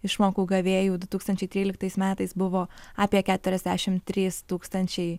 išmokų gavėjų du tūkstančiai tryliktais metais buvo apie keturiasdešimt trys tūkstančiai